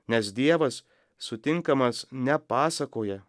nes dievas sutinkamas ne pasakoje